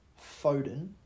Foden